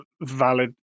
valid